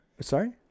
sorry